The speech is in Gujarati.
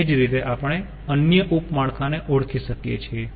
એ જ રીતે આપણે અન્ય ઉપ માળખાને ઓળખી શકીયે છીએ